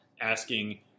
asking